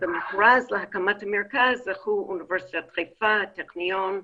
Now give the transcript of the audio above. במכרז להקמת המרכז זכו אוניברסיטת חיפה, הטכניון,